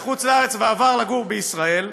בחוץ-לארץ ועבר לגור בישראל,